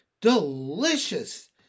Delicious